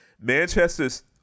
Manchester's